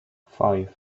five